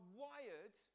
wired